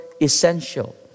essential